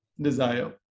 desire